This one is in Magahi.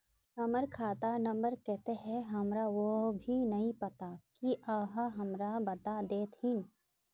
हमर खाता नम्बर केते है हमरा वो भी नहीं पता की आहाँ हमरा बता देतहिन?